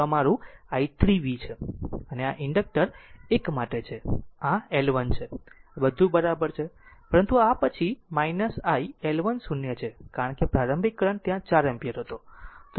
તો આ મારુંi 3 v છે અને આ ઇન્ડક્ટર 1 માટે છે અને આ L 1 છે આ બધું બરાબર છે પરંતુ આ પછી iL 1 0 છે કારણ કે પ્રારંભિક કરંટ ત્યાં 4 એમ્પીયર હતો